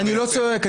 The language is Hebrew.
אני לא צועק.